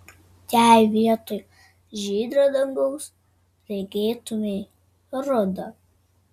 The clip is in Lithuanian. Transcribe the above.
jei vietoj žydro dangaus regėtumei rudą